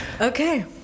okay